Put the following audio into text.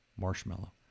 marshmallow